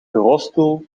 bureaustoel